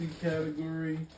category